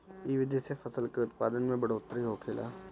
इ विधि से फसल के उत्पादन में बढ़ोतरी होखेला